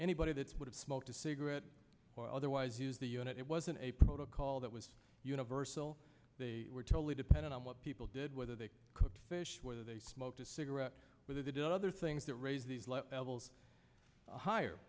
anybody that would have smoked a cigarette or otherwise use the unit it wasn't a protocol that was universal they were totally dependent on what people did whether they cooked fish whether they smoked a cigarette but it is other things that raise these